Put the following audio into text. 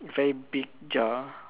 very big jar